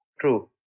True